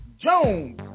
jones